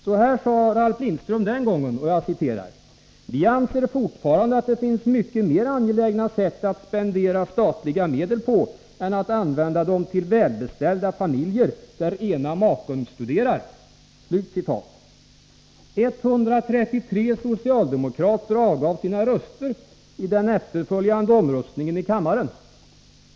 Så här sade Ralf Lindström den gången: ”Vi anser fortfarande att det finns mycket mera angelägna sätt att spendera statliga medel på än att använda dem till välbeställda familjer där ena maken studerar.” 133 socialdemokrater avgav sina röster i den efterföljande omröstningen i kammaren.